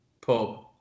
pub